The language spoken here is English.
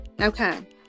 Okay